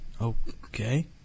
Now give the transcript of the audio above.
okay